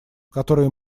которые